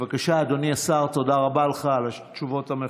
אדוני השר, תודה רבה לך על התשובות המפורטות.